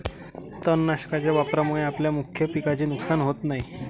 तणनाशकाच्या वापरामुळे आपल्या मुख्य पिकाचे नुकसान होत नाही